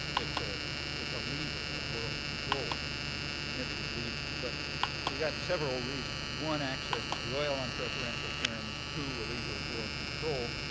it's ah it's a lever of world control, you know a significant lever. but so you've got several reasons. one, access to the oil on preferential terms. two, a lever of world control.